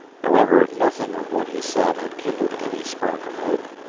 however, nothing of what he said had kindled any spark of hope.